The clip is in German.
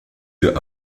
für